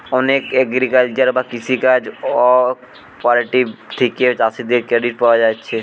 অনেক এগ্রিকালচারাল বা কৃষি কাজ কঅপারেটিভ থিকে চাষীদের ক্রেডিট পায়া যাচ্ছে